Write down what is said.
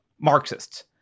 Marxists